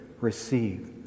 receive